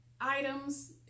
items